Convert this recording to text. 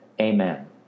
Amen